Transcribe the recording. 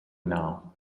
now